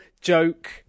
Joke